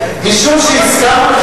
משום שהסכמנו,